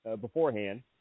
beforehand